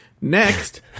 Next